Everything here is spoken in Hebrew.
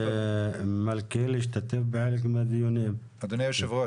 אדוני היושב ראש,